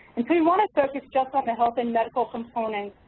and so we want to focus just on the health and medical components.